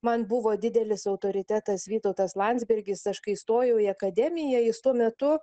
man buvo didelis autoritetas vytautas landsbergis aš kai stojau į akademiją jis tuo metu